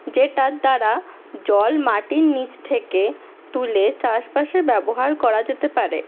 যেটার দ্বারা জল মাটির নিচ থেকে তুলে চাষবাসে ব্যবহার করা যেতে পারে